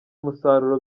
umusaruro